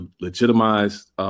legitimized